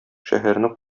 шәһәрне